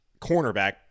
cornerback